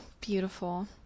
beautiful